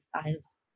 styles